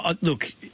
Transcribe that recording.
Look